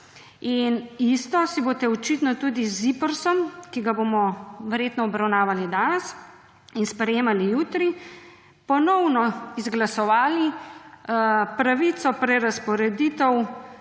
in isto si boste očitno tudi z ZIPRS-om, ki ga bomo verjetno obravnavali danes in sprejemali jutri, ponovno izglasovali pravico prerazporeditve